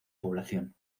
población